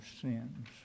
sins